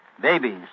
Babies